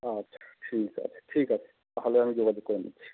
আচ্ছা ঠিক আছে ঠিক আছে তাহলে আমি যোগাযোগ করে নিচ্ছি